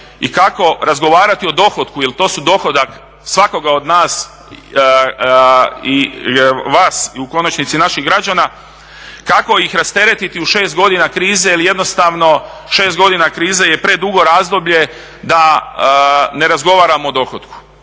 i kako razgovarati o dohotku jer to su dohodak svakoga od nas i vas u konačnici, naših građana, kako ih rasteretiti u 6 godina krize jer jednostavno 6 godina krize je predugo razdoblje da ne razgovaramo o dohotku